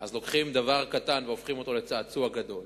אז לוקחים דבר קטן והופכים אותו לצעצוע גדול,